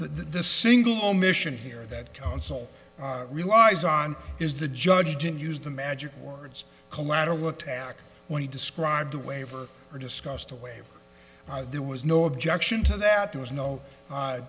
the single mission here that counsel relies on is the judge didn't use the magic words collateral attack when he described a waiver or discussed a way there was no objection to that there was no